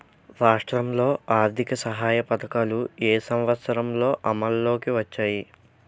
రాష్ట్రంలో ఆర్థిక సహాయ పథకాలు ఏ సంవత్సరంలో అమల్లోకి వచ్చాయి?